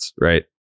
right